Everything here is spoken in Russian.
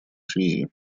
связи